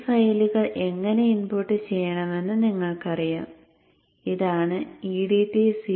ഈ ഫയലുകൾ എങ്ങനെ ഇൻപുട്ട് ചെയ്യണമെന്ന് നിങ്ങൾക്കറിയാം ഇതാണ് edt01